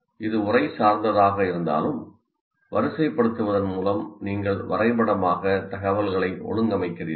இது உரைசார்ந்ததாக இருந்தாலும் வரிசைப்படுத்துவதன் மூலம் நீங்கள் வரைபடமாக தகவல்களை ஒழுங்கமைக்கிறீர்கள்